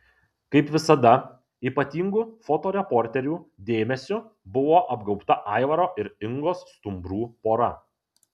kaip visada ypatingu fotoreporterių dėmesiu buvo apgaubta aivaro ir ingos stumbrų pora